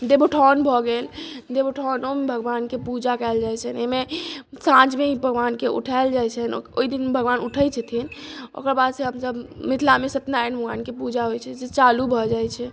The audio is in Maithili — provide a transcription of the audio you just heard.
देवोत्थान भऽ गेल देवोत्थानोमे भगवानके पूजा कयल जाइत छनि एहिमे साँझमे भगवानके उठाओल जाइत छनि ओहि दिन भगवान उठैत छथिन ओकर बादसँ हमसभ मिथिलामे सत्यनारायण भगवानके पूजा होइत छै से चालू भऽ जाइत छै